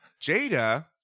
Jada